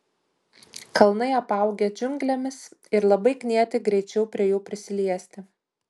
kalnai apaugę džiunglėmis ir labai knieti greičiau prie jų prisiliesti